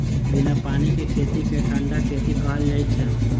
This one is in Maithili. बिना पानि के खेती कें ठंढा खेती कहल जाइ छै